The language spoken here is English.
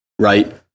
Right